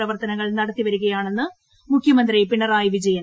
പ്രവർത്തനങ്ങൾ നടത്തി വരികുയിാണെന്ന് മുഖ്യമന്ത്രി പിണറായി വിജയൻ